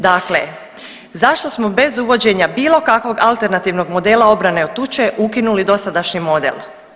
Dakle, zašto smo bez uvođenja bilo kakvog alternativnog modela obrane od tuče ukinuli dosadašnji model?